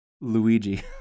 Luigi